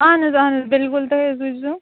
اہن حظ اہن حظ بلکل تُہۍ حظ وُچھ زیٚو